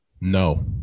No